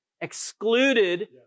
Excluded